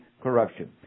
corruption